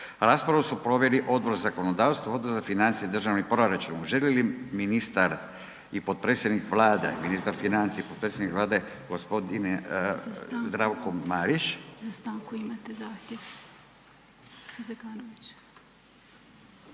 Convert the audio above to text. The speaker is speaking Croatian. Raspravu su proveli Odbor za zakonodavstvo, Odbor za financije i državni proračun. Želi li ministar i potpredsjednik Vlade, ministar financija i potpredsjednik Vlade gospodin Zdravko Marić …/Upadica: Za stanku imate zahtjev, Zekanović./…